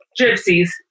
Gypsies